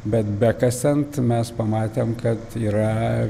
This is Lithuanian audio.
bet bekasant mes pamatėm kad yra